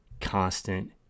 constant